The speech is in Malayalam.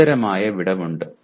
ഗുരുതരമായ വിടവ് ഉണ്ട്